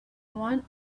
one